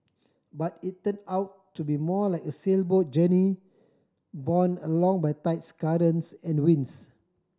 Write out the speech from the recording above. but it turned out to be more like a sailboat journey borne along by tides currents and winds